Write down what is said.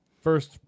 first